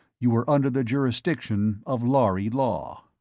you were under the jurisdiction of lhari law.